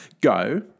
Go